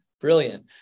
Brilliant